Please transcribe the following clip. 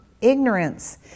ignorance